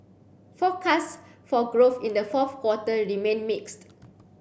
forecasts for growth in the fourth quarter remain mixed